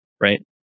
right